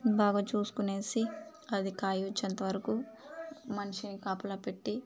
బాగా చూసుకునేసి అది కాయ వచ్చేంత వరకు మనిషిని కాపలా పెట్టి